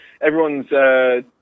everyone's